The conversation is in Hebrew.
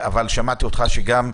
אבל שמעתי שאתם,